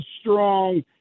strong